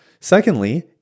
Secondly